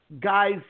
guys